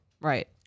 Right